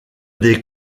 des